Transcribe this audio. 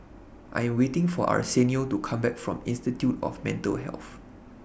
I Am waiting For Arsenio to Come Back from Institute of Mental Health